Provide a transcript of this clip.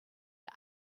der